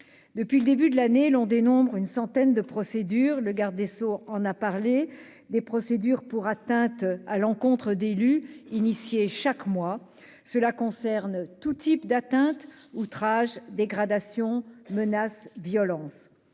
Depuis le début de l'année, on dénombre une centaine de procédures, M. le garde des sceaux en a parlé : des procédures pour atteinte à l'encontre d'élus sont engagées chaque mois, concernant tous types d'atteinte, outrages, dégradations, menaces, violences.